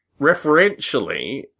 referentially